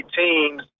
teams